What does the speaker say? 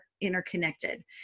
interconnected